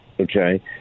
Okay